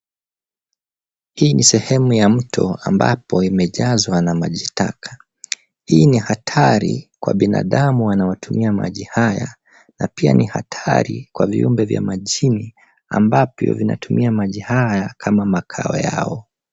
Hii ni sehemu ya mto ambapo imejazwa na maji taka. Hii ni hatari kwa binadamu wanaotumia maji haya na pia ni hatari kwa viumbe vya majini ambavyo vinatumia maji haya kama makao yao.